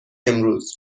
امروز